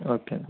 okay